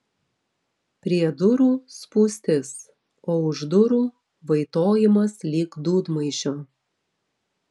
prie durų spūstis o už durų vaitojimas lyg dūdmaišio